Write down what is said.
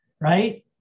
right